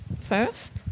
first